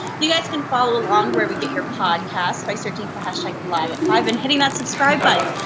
you guys can follow along wherever you get your podcasts by searching for like liveatfive and hitting that subscribe button.